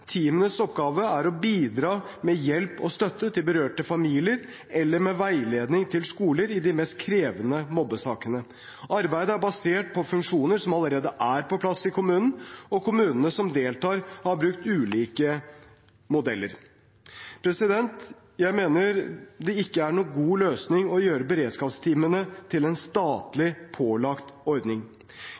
oppgave er å bidra med hjelp og støtte til berørte familier, eller med veiledning til skoler i de mest krevende mobbesakene. Arbeidet er basert på funksjoner som allerede er på plass i kommunen, og kommunene som deltar, har brukt ulike modeller. Jeg mener det ikke er noen god løsning å gjøre beredskapsteamene til en statlig pålagt ordning.